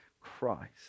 Christ